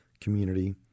community